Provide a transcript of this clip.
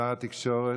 שר התקשורת,